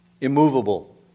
immovable